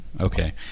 Okay